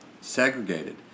segregated